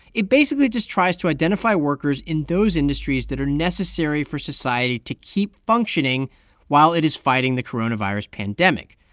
it basically just tries to identify workers in those industries that are necessary for society to keep functioning while it is fighting the coronavirus pandemic.